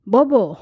Bobo